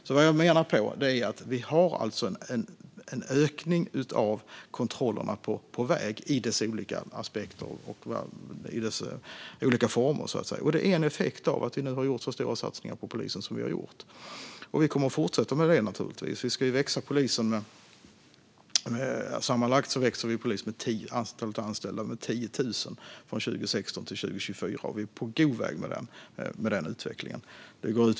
Det jag menar är att vi alltså har en ökning av kontrollerna på väg, i deras olika former och aspekter. Det är en effekt av de stora satsningar som vi har gjort på polisen och som vi naturligtvis kommer att fortsätta med. Polisen ska växa med sammanlagt 10 000 anställda från 2016 till 2024, och vi är på god väg med den utvecklingen.